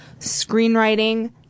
screenwriting